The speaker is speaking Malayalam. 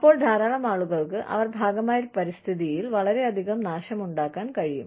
അപ്പോൾ ധാരാളം ആളുകൾക്ക് അവർ ഭാഗമായ പരിസ്ഥിതിയിൽ വളരെയധികം നാശമുണ്ടാക്കാൻ കഴിയും